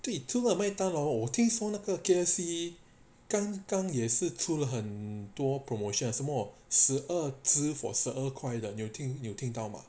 对除了麦当劳我听说那个 K_F_C 刚刚也是出了很多 promotion 什么十二只 for 十二块你有听你有听到吗